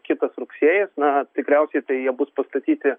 kitas rugsėjis na tikriausiai tai jie bus pastatyti